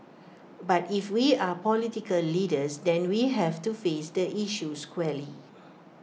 but if we are political leaders then we have to face the issue squarely